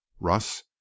russ